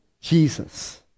Jesus